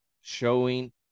showing